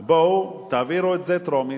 בואו, תעבירו את זה טרומית,